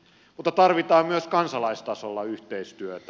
mutta tarvitaan myös kansalaistasolla yhteistyötä